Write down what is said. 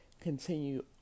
continue